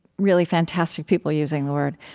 really fantastic people using the word.